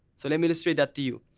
so let me illustrate that to you.